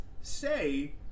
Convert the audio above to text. say